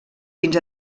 fins